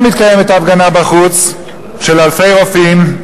כן מתקיימת בחוץ הפגנה של אלפי רופאים,